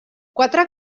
quatre